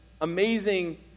amazing